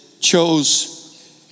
chose